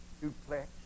duplex